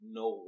no